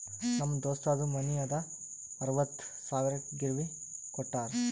ನಮ್ ದೋಸ್ತದು ಮನಿ ಅದಾ ಅರವತ್ತ್ ಸಾವಿರಕ್ ಗಿರ್ವಿಗ್ ಕೋಟ್ಟಾರ್